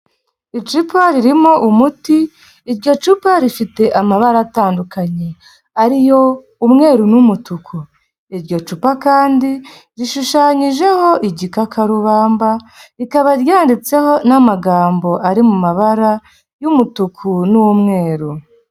Icupa ririmo umuti iryo cupa rifite amabara atandukanye ariyo: umweru n'umutuku, iryo cupa kandi rishushanyijeho igikakarubamba, rikaba ryanditseho n'amagambo ari mu mabara y'umutuku n'umweru.